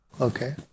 Okay